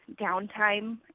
downtime